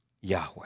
Yahweh